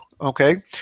Okay